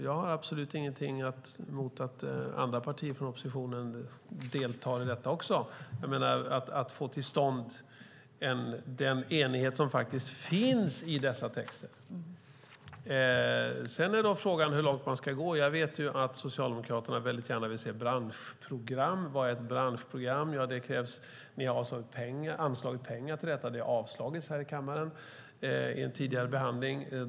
Jag har ingenting emot att även andra partier från oppositionen deltar för att få till stånd den enighet som faktiskt finns i dessa texter. Sedan är frågan hur långt man ska gå. Jag vet att Socialdemokraterna gärna vill se branschprogram. Vad är ett branschprogram? De har anslagit pengar till det. Det har vid en tidigare behandling avslagits av kammaren.